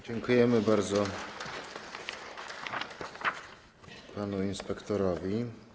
Dziękujemy bardzo panu inspektorowi.